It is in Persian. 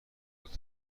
روزا